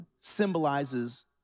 symbolizes